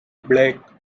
plaque